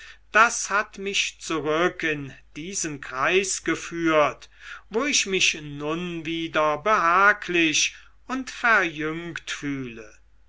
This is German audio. das hat mich zurück in diesen kreis geführt wo ich mich nun wieder behaglich und verjüngt fühle